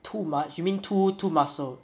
too much you mean to~ too muscle